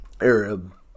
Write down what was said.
Arab